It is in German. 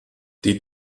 die